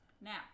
Now